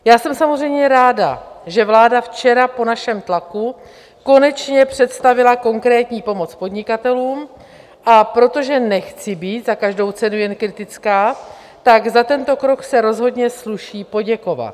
Já jsem samozřejmě ráda, že vláda včera po našem tlaku konečně představila konkrétní pomoc podnikatelům, a protože nechci být za každou cenu jen kritická, tak za tento krok se rozhodně sluší poděkovat.